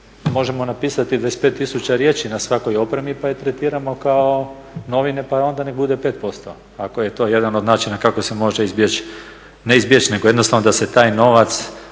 možemo napisati 25 tisuća riječi na svakoj opremi pa je tretiramo kao novine pa onda nek bude 5%. Ako je to jedan od načina kako se može izbjeći, ne izbjeći nego jednostavno da se taj novac